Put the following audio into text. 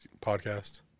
podcast